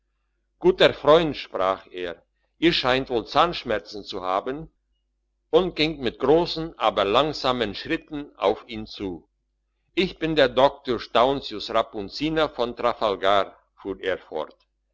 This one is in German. guter freund sprach er ihr scheint wohl zahnschmerzen zu haben und ging mit grossen aber langsamen schritten auf ihn zu ich bin der doktor staunzius rapunzia von trafalgar fuhr er fort